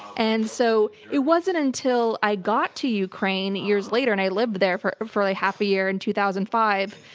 and so it wasn't until i got to ukraine years later and i lived there for for a half a year in two thousand and five,